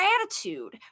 gratitude